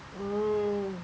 mm